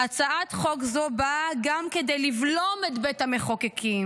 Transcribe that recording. "הצעת חוק זו באה גם כדי לבלום את בית המחוקקים,